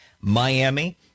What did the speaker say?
Miami